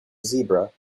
zebra